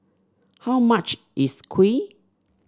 how much is kuih